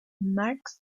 marx